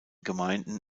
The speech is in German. gemeinden